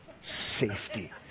safety